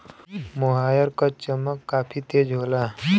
मोहायर क चमक काफी तेज होला